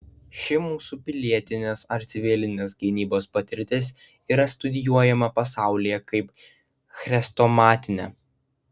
ši mūsų pilietinės ar civilinės gynybos patirtis yra studijuojama pasaulyje kaip chrestomatinė